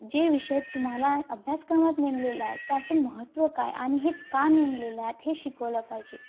जे विषय तुम्हाला अभ्यासक्रमात नेमलेले आहे त्याचं महत्त्व काय आणि हे का नेमलेले आहेत हे शिकवलं पाहिजे